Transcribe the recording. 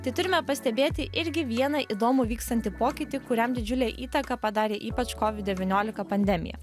tai turime pastebėti irgi vieną įdomų vykstantį pokytį kuriam didžiulę įtaką padarė ypač covid devyniolika pandemija